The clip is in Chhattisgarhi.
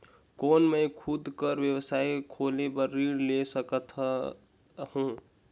कौन मैं खुद कर व्यवसाय खोले बर ऋण ले सकत हो?